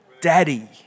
Daddy